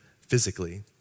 physically